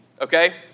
okay